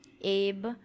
Abe